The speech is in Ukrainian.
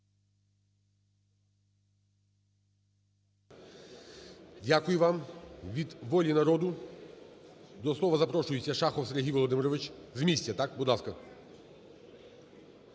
Дякую вам. Від "Волі народу" до слова запрошується Шахов Сергій Володимирович. З місця,